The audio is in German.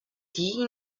die